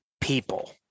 people